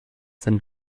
sind